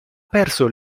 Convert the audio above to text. perso